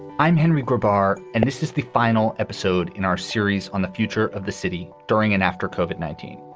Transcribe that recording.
i'm henry gerber and this is the final episode in our series on the future of the city during and after covid nineteen.